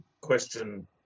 question